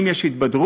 ואם יש התבדרות,